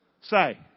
Say